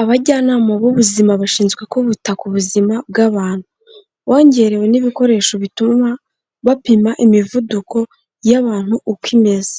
Abajyanama b'ubuzima bashinzwe kwita ku buzima bw'abantu, bongerewe n'ibikoresho bituma, bapima imivuduko y'abantu uko imeze,